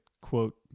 quote